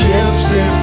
Gypsy